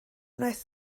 wnaeth